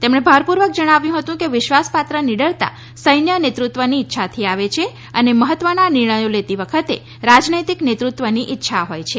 તેમણે ભારપૂર્વક જણાવ્યું હતું કે વિશ્વાસપાત્ર નિડરતા સૈન્ય નેતૃત્વની ઇચ્છાથી આવે છે અને મહત્વના નિર્ણયો લેતી વખતે રાજનૈતિક નેતૃત્વની ઇચ્છા હોય છે